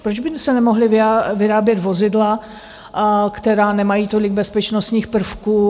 Proč by se nemohla vyrábět vozidla, která nemají tolik bezpečnostních prvků?